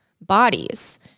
bodies